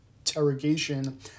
interrogation